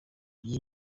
iyi